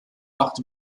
acht